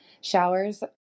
showers